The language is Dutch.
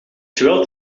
geweld